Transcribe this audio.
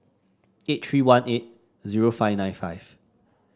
eight three one eight zero five nine five